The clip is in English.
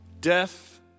Death